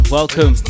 welcome